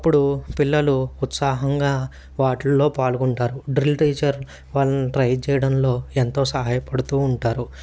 అప్పుడు పిల్లలు ఉత్సాహంగా వాటిల్లో పాల్గొంటారు డ్రిల్ టీచర్ వాళ్ళని ట్రై చేయడంలో ఎంతో సహాయపడుతూ ఉంటారు